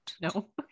no